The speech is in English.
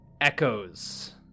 echoes